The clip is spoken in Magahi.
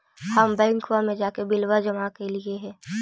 हम बैंकवा मे जाके बिलवा जमा कैलिऐ हे?